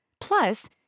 Plus